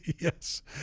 yes